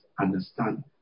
understand